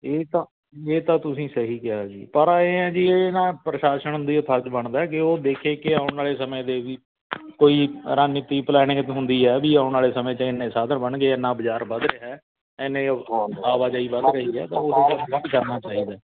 ਇਹ ਤਾਂ ਇਹ ਤਾਂ ਤੁਸੀਂ ਸਹੀ ਕਿਹਾ ਜੀ ਪਰ ਇਹ ਹੈ ਜੀ ਇਹ ਨਾ ਪ੍ਰਸ਼ਾਸਨ ਦੇ ਫਰਜ਼ ਬਣਦਾ ਕੇ ਉਹ ਦੇਖੇ ਕੇ ਆਉਣ ਵਾਲੇ ਸਮੇਂ ਦੇ ਵੀ ਕੋਈ ਰਣਨੀਤੀ ਪਲਾਨਿੰਗ ਹੁੰਦੀ ਹੈ ਵੀ ਆਉਣ ਵਾਲੇ ਸਮੇਂ 'ਚ ਇੰਨੇ ਸਾਧਨ ਬਣ ਗਏ ਇੰਨਾਂ ਬਾਜ਼ਾਰ ਵੱਧ ਰਿਹਾ ਇੰਨੇ ਆਵਾਜਾਈ ਵੱਧ ਰਹੀ ਹੈ ਤਾਂ ਉਹਦੇ ਲਈ ਪ੍ਰਬੰਧ ਕਰਨਾ ਚਾਹੀਦਾ